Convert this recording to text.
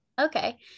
okay